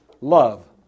love